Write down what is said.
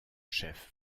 chef